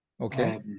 Okay